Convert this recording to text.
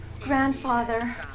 Grandfather